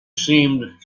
seemed